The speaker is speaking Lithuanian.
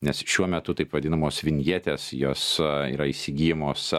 nes šiuo metu taip vadinamos vinjetės jos yra įsigijamos